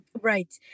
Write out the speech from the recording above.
Right